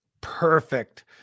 perfect